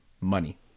money